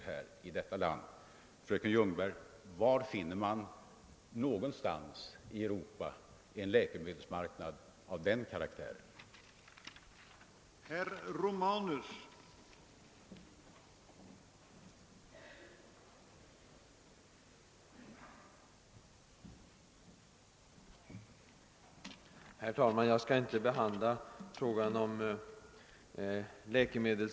Var i Europa finner man en läkemedels marknad av den karaktären, fröken Ljungberg?